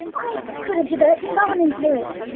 i could have developed embalming fluids!